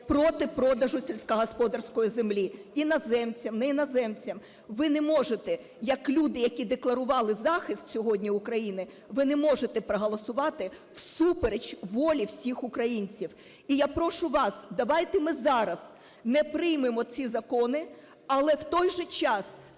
проти продажу сільськогосподарської землі іноземцям, не іноземцям, ви не можете як люди, які декларували захист сьогодні України, ви не можете проголосувати всупереч волі всіх українців. І я прошу вас, давайте ми зараз не приймемо ці закони, але в той же час